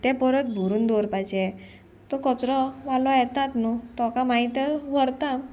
तें परत भरून दवरपाचें तो कचरो वालो येतात न्हू तो मागीर व्हरता